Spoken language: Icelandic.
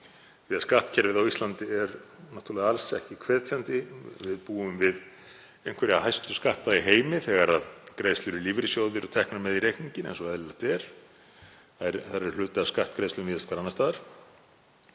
að skattkerfið á Íslandi er alls ekki hvetjandi. Við búum við einhverja hæstu skatta í heimi þegar greiðslur í lífeyrissjóði eru teknar með í reikninginn, eins og eðlilegt er. Þær eru hluti af skattgreiðslum víðast hvar annars staðar.